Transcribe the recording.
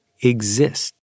exist